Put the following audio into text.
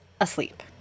asleep